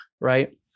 Right